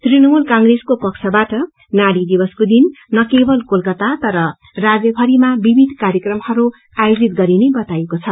तृणमूल कांग्रेसको पक्षबाट नारी दिवसको दिन न केवल कोलकाता तर राज्यभरिमा विविध कार्यक्रमहरू आयोजित गरिने बताइएको छ